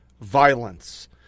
violence